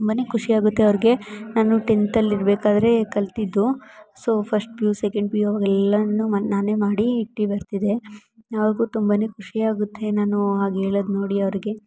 ತುಂಬ ಖುಷಿ ಆಗುತ್ತೆ ಅವ್ರಿಗೆ ನಾನು ಟೆಂತಲ್ಲಿ ಇರಬೇಕಾದ್ರೆ ಕಲಿತಿದ್ದು so first P U second P U ಅವಾಗೆಲ್ಲ ನಾನೇ ಮಾಡಿ ಇಟ್ಟು ಬರ್ತಿದ್ದೆ ಅವ್ರಿಗೆ ತುಂಬ ಖುಷಿ ಆಗುತ್ತೆ ನಾನು ಹಾಗೆ ಹೇಳದ್ ನೋಡಿ ಅವರಿಗೆ